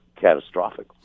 catastrophic